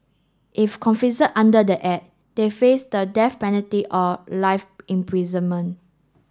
if under the act they face the death penalty or life imprisonment